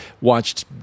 watched